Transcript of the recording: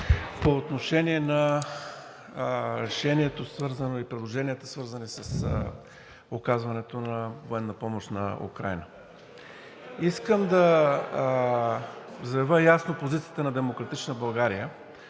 по отношение на решението и предложенията, свързани с оказването на военна помощ на Украйна. Искам да заявя ясно позицията на „Демократична България“,